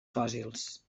fòssils